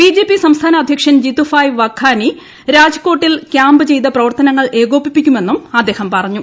BJP സംസ്ഥാന അദ്ധ്യക്ഷൻ ജിത്തുഭായ് വഘാനി രാജ്കോട്ടിൽ ക്യാമ്പ് ചെയ്ത് പ്രവർത്തനങ്ങൾ ഏകോപിപ്പിക്കുമെന്നും അദ്ദേഹം പറഞ്ഞു